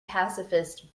pacifist